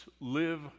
live